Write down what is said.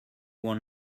want